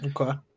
okay